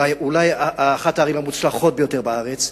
אולי אחת הערים המוצלחות ביותר בארץ.